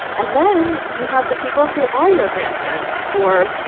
and then you have the people who are your grandparents or,